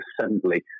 assembly